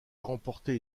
remporter